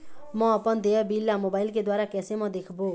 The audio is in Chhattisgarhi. म अपन देय बिल ला मोबाइल के द्वारा कैसे म देखबो?